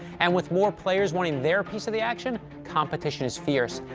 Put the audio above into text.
and with more players wanting their piece of the action, competition is fierce.